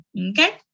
Okay